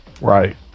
Right